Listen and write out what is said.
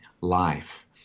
life